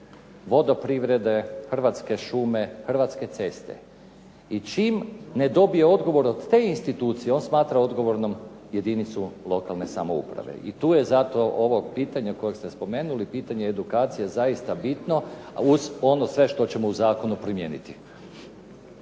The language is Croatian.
vodoprivrede, Hrvatske šume, Hrvatske ceste i čim ne dobije odgovor od te institucije on smatra odgovornom jedinicu lokalne samouprave. I tu je zato ovo pitanje koje ste spomenuli, pitanje edukacije je zaista bitno uz ono sve što ćemo u zakonu primijeniti.